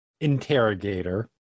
Interrogator